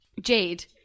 Jade